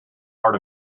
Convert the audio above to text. part